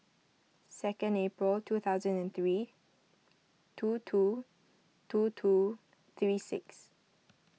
second April two thousand and three two two two two three six